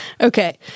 okay